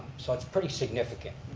so that's pretty significant.